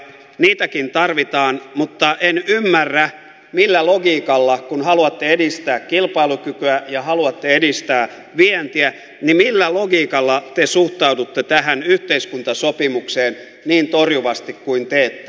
niitäkin tarvitaan mutta en ymmärrä millä logiikalla kun haluatte edistää kilpailukykyä ja haluatte edistää vientiä te suhtaudutte tähän yhteiskuntasopimukseen niin torjuvasti kuin teette